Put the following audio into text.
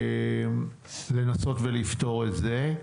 אז לנסות ולפתור את זה.